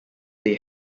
they